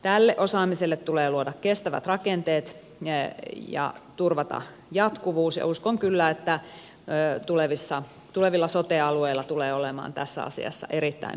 tälle osaamiselle tulee luoda kestävät rakenteet ja turvata jatkuvuus ja uskon kyllä että tulevilla sote alueilla tulee olemaan tässä asiassa erittäin merkittävä rooli